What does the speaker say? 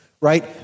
right